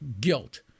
guilt